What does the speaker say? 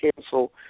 cancel